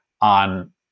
on